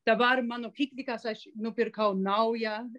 dabar mano kiknykas aš nupirkau naują